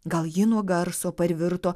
gal ji nuo garso parvirto